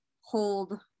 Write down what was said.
hold